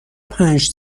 پنج